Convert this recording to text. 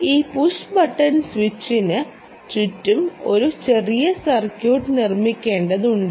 ഈ push button സ്വിച്ചിന് ചുറ്റും ഒരു ചെറിയ സർക്യൂട്ട് നിർമ്മിക്കേണ്ടതുണ്ട്